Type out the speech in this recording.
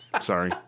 Sorry